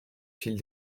fil